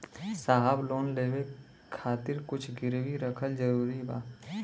साहब लोन लेवे खातिर कुछ गिरवी रखल जरूरी बा?